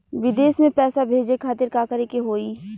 विदेश मे पैसा भेजे खातिर का करे के होयी?